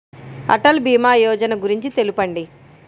అటల్ భీమా యోజన గురించి తెలుపండి?